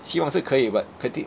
希望是可以 but 肯定